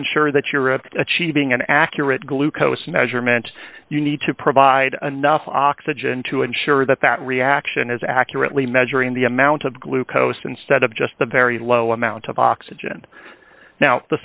ensure that you're at achieving an accurate glucose measurement you need to provide enough oxygen to ensure that that reaction is accurately measuring the amount of glucose instead of just the very low amount of oxygen now the